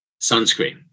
sunscreen